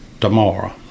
tomorrow